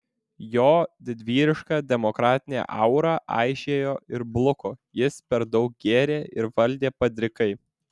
jo didvyriška demokratinė aura aižėjo ir bluko jis per daug gėrė ir valdė padrikai